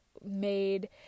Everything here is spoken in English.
made